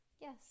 Yes